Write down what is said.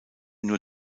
nur